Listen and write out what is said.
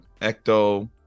ecto-